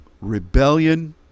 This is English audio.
rebellion